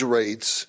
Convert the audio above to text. rates